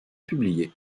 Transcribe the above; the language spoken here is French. publiés